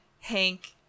Hank